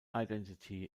identity